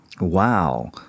Wow